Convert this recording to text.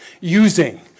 Using